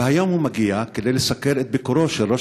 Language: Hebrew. והיום הוא מגיע כדי לסקר את ביקורו של ראש